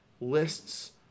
lists